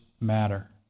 matter